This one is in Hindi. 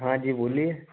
हाँ जी बोलिए